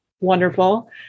wonderful